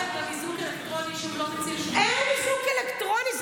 איזוק אלקטרוני שהוא לא מציל, אין איזוק אלקטרוני.